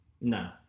No